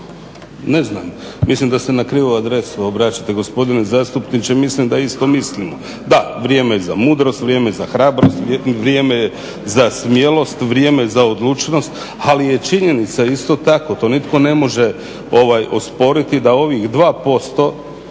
Ne znam, mislim da se na krivu adresu obraćate gospodine zastupniče, mislim da isto mislimo. Da, vrijeme je za mudrost, vrijeme je za hrabrost, vrijeme je za smjelost, vrijeme je za odlučnost, ali je činjenica isto tako, to nitko ne može osporiti da ovih 2%